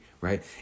right